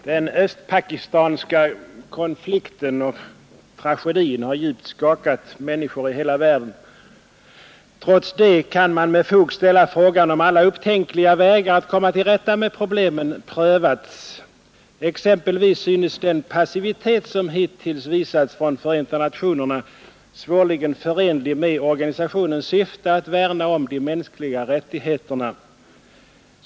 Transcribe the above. Herr talman! Den östpakistanska tragedin har djupt skakat människor i hela världen. Trots det kan man med fog ställa frågan om alla upptänkliga vägar att komma till rätta med problemen prövats. Exempelvis synes den passivitet som hittills visats från Förenta nationerna svårligen förenlig med organisationens syfte att värna om de mänskliga rättigheterna.